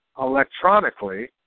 electronically